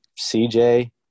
CJ